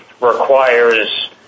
requires